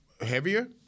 heavier